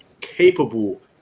capable